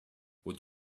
would